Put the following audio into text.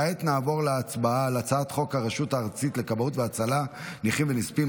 כעת נעבור להצבעה על הצעת חוק הרשות הארצית לכבאות והצלה (נכים ונספים),